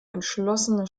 entschlossene